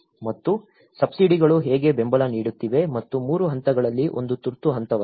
ಮತ್ತು ಸಬ್ಸಿಡಿಗಳು ಹೇಗೆ ಬೆಂಬಲ ನೀಡುತ್ತಿವೆ ಮತ್ತು 3 ಹಂತಗಳಲ್ಲಿ ಒಂದು ತುರ್ತು ಹಂತವಾಗಿದೆ